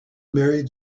married